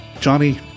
Johnny